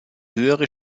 höhere